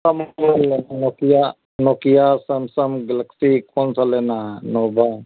सब मोबाइल है Nokia Nokia Samsung Galaxy कौनसा लेना है नोभा